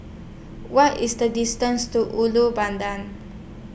What IS The distance to Ulu Pandan